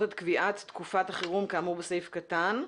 את קביעת תקופת החירום כאמור בסעיף קטן,